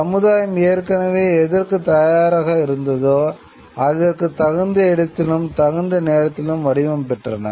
சமுதாயம் ஏற்கனவே எதற்கு தயாராக இருந்ததோ அதற்கு தகுந்த இடத்திலும் தகுந்த நேரத்திலும் வடிவம் பெற்றன